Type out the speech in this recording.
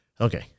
Okay